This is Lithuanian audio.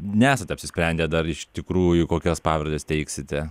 nesate apsisprendę dar iš tikrųjų kokias pavardes teiksite